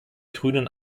grünen